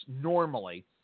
normally